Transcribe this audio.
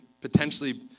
potentially